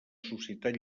societat